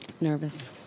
Nervous